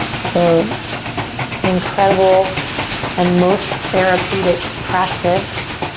so an incredible and most therapeutic practice,